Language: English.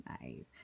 Nice